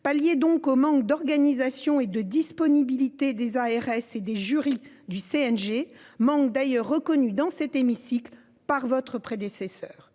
Palliez donc le manque d'organisation et de disponibilité des ARS et des jurys du CNG, manque reconnu dans cet hémicycle par votre prédécesseur